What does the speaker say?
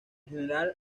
general